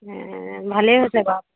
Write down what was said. ভালেই হৈছে বাৰু